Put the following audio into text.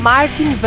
Martin